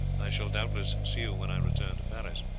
i shall doubtless see you when i return to paris.